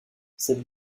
cette